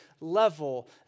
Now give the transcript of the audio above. level